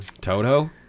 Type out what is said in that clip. Toto